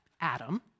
Adam